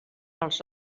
els